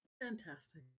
Fantastic